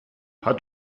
hat